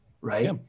right